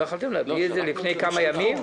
לא יכולתם להביא את זה לפני כמה ימים?